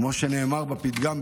כמו שנאמר בפתגם,